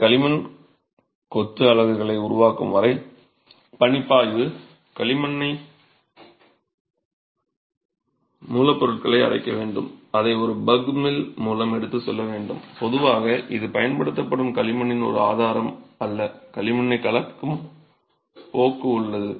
இந்த களிமண் கொத்து அலகுகளை உருவாக்கும் வரை பணிப்பாய்வு களிமண்ணை மூலப்பொருட்களை அரைக்க வேண்டும் அதை ஒரு பக் மில் மூலம் எடுத்துச் செல்ல வேண்டும் பொதுவாக இது பயன்படுத்தப்படும் களிமண்ணின் ஒரு ஆதாரம் அல்ல களிமண்ணைக் கலக்கும் போக்கு உள்ளது